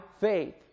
faith